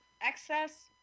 excess